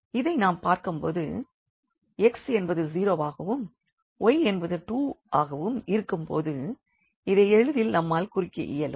இதை நாம் பார்க்கும் போது x என்பது 0 வாகவும் y என்பது 2 ஆகவும் இருக்கும் போது இதை எளிதில் நம்மால் குறிக்க இயலும்